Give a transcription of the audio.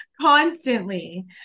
constantly